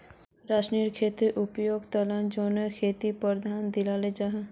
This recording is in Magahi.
रासायनिक खेतीर उपयोगेर तुलनात जैविक खेतीक प्राथमिकता दियाल जाहा